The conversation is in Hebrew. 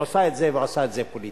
היא עושה את זה ועושה את זה פוליטית.